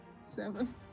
seven